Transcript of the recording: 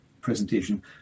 presentation